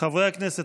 חברי הכנסת,